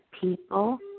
people